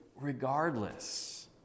regardless